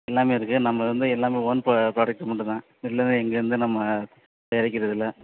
எல்லாமே இருக்குது நம்ம வந்து எல்லாமே ஓன் ப்ர ப்ராடக்ட் மட்டும்தான் வெளியில் இருந்து எங்கே இருந்தும் நம்ம தயாரிக்கிறதில்லை